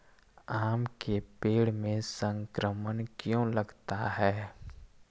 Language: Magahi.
आम के पेड़ में संक्रमण क्यों लगता है?